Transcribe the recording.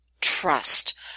trust